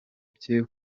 bye